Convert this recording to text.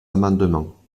amendements